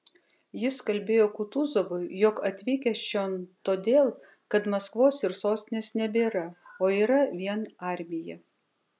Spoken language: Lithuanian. jis kalbėjo kutuzovui jog atvykęs čion todėl kad maskvos ir sostinės nebėra o yra vien armija